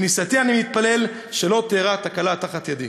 בכניסתי אני מתפלל שלא תארע תקלה על ידי.